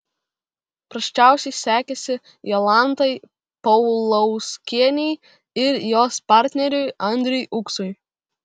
prasčiausiai sekėsi jolantai paulauskienei ir jos partneriui andriui uksui